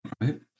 Right